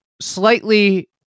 slightly